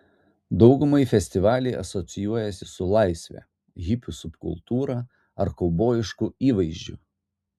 daugumai festivaliai asocijuojasi su laisve hipių subkultūra ar kaubojišku įvaizdžiu